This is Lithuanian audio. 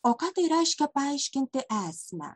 o ką tai reiškia paaiškinti esmę